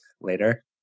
later